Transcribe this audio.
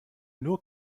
nur